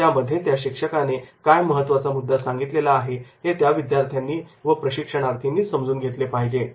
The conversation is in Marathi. यामध्ये त्या शिक्षकाने काय महत्त्वाचा मुद्दा सांगितलेला आहे हे त्या विद्यार्थ्यांनी व प्रशिक्षणार्थींनी समजून घेतले पाहिजे